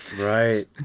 Right